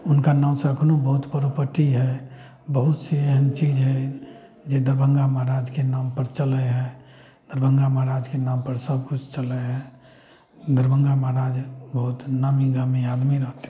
हुनका नामसँ एखनो बहुत प्रॉपर्टी हइ बहुत सी एहन चीज हइ जे दरभंगा महाराजके नामपर चलय हइ दरभंगा महाराजके नामपर सब किछु चलय हइ दरभंगा महाराज बहुत नामी गामी आदमी रहथिन